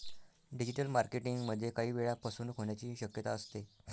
digital marketing मध्ये काही वेळा फसवणूक होण्याची शक्यता असते